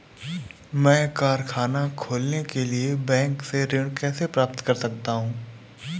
मैं कारखाना खोलने के लिए बैंक से ऋण कैसे प्राप्त कर सकता हूँ?